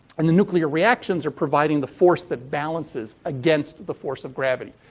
and the nuclear reactions are providing the force that balances against the force of gravity.